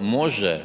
može